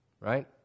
right